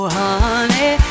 honey